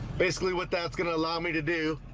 basically what that's gonna allow me to do